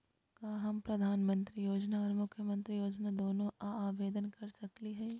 का हम प्रधानमंत्री योजना और मुख्यमंत्री योजना दोनों ला आवेदन कर सकली हई?